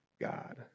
God